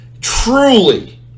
truly